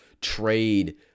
trade